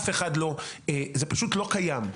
זה פשוט לא קיים.